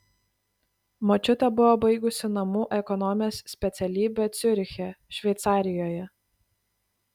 močiutė buvo baigusi namų ekonomės specialybę ciuriche šveicarijoje